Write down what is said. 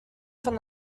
from